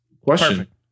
question